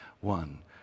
one